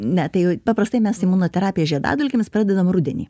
ne tai jau paprastai mes imunoterapiją žiedadulkėmis pradedam rudenį